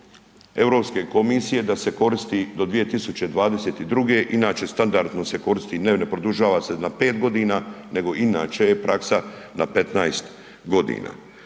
Europske komisije da se koristi do 2022. inače standardno se koristi, ne ne produžava se na 5 godina nego inače je praksa na 15 godina.